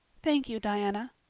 thank you, diana.